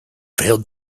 failed